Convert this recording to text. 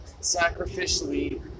sacrificially